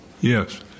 Yes